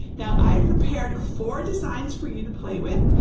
now i've prepared four designs for you to play with.